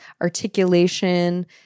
articulation